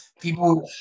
people